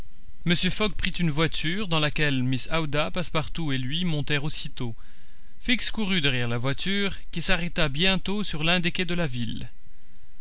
mr fogg prit une voiture dans laquelle mrs aouda passepartout et lui montèrent aussitôt fix courut derrière la voiture qui s'arrêta bientôt sur l'un des quais de la ville